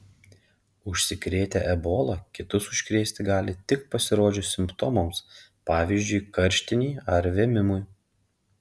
užsikrėtę ebola kitus užkrėsti gali tik pasirodžius simptomams pavyzdžiui karštinei ar vėmimui